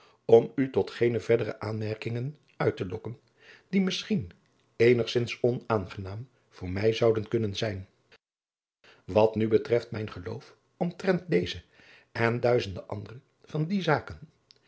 om u tot geene verdere aanmerkingen uit te lokken die misschien eenigzins onaangenaam voor mij zouden kunnen zijn wat nu betreft mijn geloof omtrent deze en duizende andere van die zaken